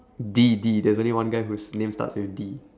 D D there's only one guy whose name starts with D